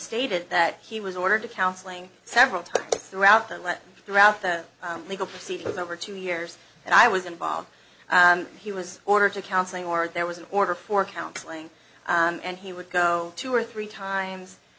stated that he was ordered to counseling several times throughout the letter throughout the legal proceedings over two years and i was involved he was ordered to counseling or there was an order for counseling and he would go two or three times